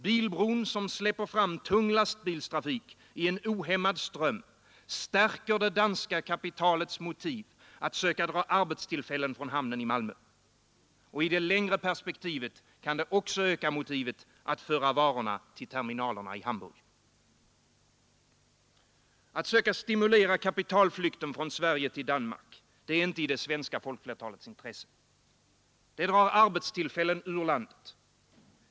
Bilbron som släpper fram tung lastbilstrafik i en ohämmad ström, stärker det danska kapitalets motiv att söka dra arbetstillfällen från hamnen i Malmö. Och i det längre perspektivet kan det också öka motivet att föra varorna till terminalerna i Hamburg. Att söka stimulera kapitalflykten från Sverige till Danmark är inte i det svenska folkflertalets intresse. Det drar arbetstillfällen ur landet.